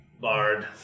bard